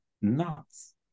nuts